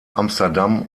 amsterdam